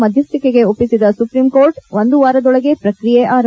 ಮಧ್ಯಸ್ಥಿಕೆಗೆ ಒಪ್ಪಿಸಿದ ಸುಪ್ರೀಂಕೋರ್ಟ್ ಒಂದು ವಾರದೊಳಗೆ ಪ್ರಕ್ರಿಯೆ ಆರಂಭ